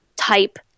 type